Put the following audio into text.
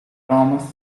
thomas